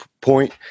point